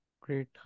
Great